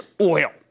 oil